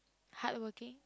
hardworking